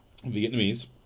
Vietnamese